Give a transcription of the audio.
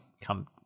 come